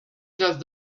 just